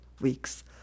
weeks